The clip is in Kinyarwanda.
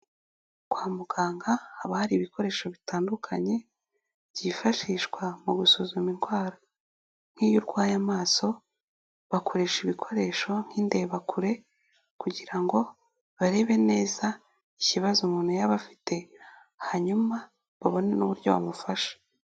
Kwa muganga haba hari ibikoresho bitandukanye, byifashishwa mu gusuzuma indwara, nk'iyo urwaye amaso, bakoresha ibikoresho nk'indebakure kugira ngo barebe neza ikibazo umuntu yaba afite, hanyuma babone n'uburyo bamufasha.